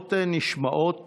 הדעות נשמעות